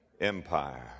empire